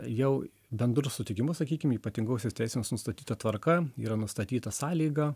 jau bendru sutikimu sakykim ypatingosios teisenos nustatyta tvarka yra nustatyta sąlyga